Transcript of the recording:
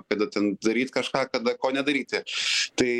kada ten daryt kažką kada ko nedaryti tai